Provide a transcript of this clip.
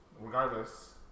Regardless